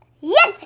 yes